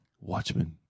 Watchmen